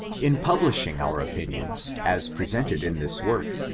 in publishing our opinions, as presented in this work,